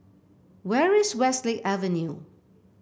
where is Westlake Avenue